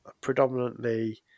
predominantly